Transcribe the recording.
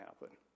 happen